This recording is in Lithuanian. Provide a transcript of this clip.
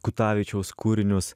kutavičiaus kūrinius